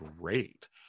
great